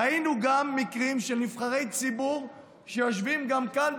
ראינו גם מקרים של נבחרי ציבור שיושבים כאן,